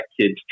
kids